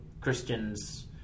Christians